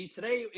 Today